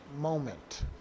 moment